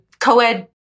co-ed